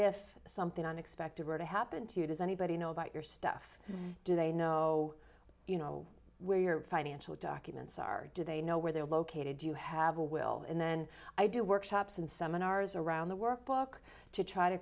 if something unexpected were to happen to you does anybody know about your stuff do they know you know where your financial documents are do they know where they're located do you have a will and then i do workshops and seminars around the workbook to try to